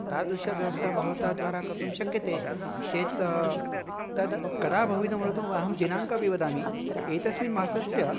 तादृशव्यवस्था भवता द्वारा कर्तुं शक्यते चेत् तद् कदा भवितुमर्हति अहं दिनाङ्कम् अपि वदामि एतस्य मासस्य